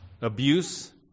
abuse